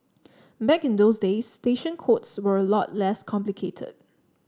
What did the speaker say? back in those days station codes were a lot less complicated